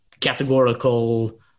categorical